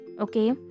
okay